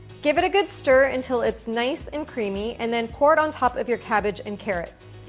give it a good stir until it's nice and creamy and then pour it on top of your cabbage and carrots.